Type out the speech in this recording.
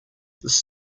this